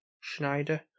Schneider